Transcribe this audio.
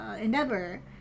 Endeavor